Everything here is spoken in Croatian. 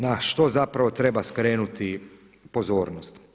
Na što zapravo treba skrenuti pozornost?